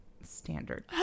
standard